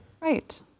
Right